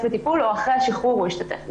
בטיפול או אחרי השחרור הוא ישתתף בטיפול.